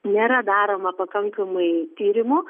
nėra daroma pakankamai tyrimų